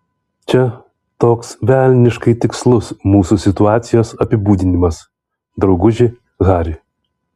čia toks velniškai tikslus mūsų situacijos apibūdinimas drauguži hari